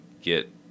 get